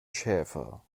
schäfer